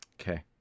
Okay